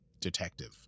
detective